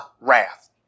wrath